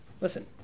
listen